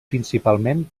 principalment